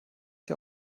der